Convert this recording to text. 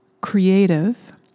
creative